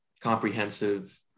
comprehensive